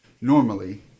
Normally